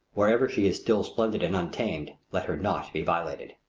wherever she is still splendid and untamed, let her not be violated.